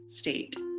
state